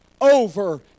over